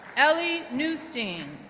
ellie neustein,